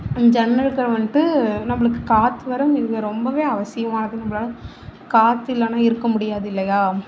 ஜன்னல்கள் வந்துட்டு நம்மளுக்கு காற்று வர இதுங்கள் ரொம்பவே அவசியமானது நம்மளால காற்று இல்லைன்னா இருக்க முடியாது இல்லையா